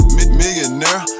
Millionaire